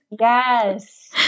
yes